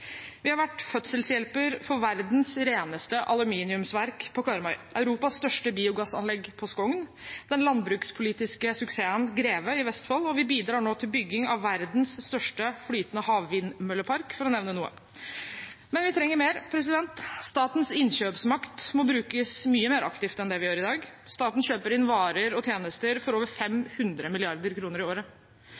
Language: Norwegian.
Vi har vært fødselshjelper for verdens reneste aluminiumsverk på Karmøy, Europas største biogassanlegg på Skogn, den landbrukspolitiske suksessen Greve i Vestfold, og vi bidrar nå til bygging av verdens største flytende havvindmøllepark – for å nevne noe. Men vi trenger mer. Statens innkjøpsmakt må brukes mye mer aktivt enn det som gjøres i dag. Staten kjøper inn varer og tjenester for over 500 mrd. kr i året.